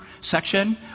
section